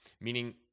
meaning